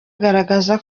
agaragaza